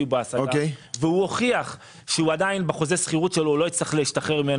והוכיח שהוא לא הצליח להשתחרר מחוזה